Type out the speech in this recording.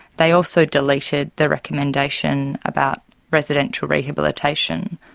they also deleted the recommendation about residential rehabilitation.